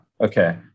Okay